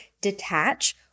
detach